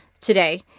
today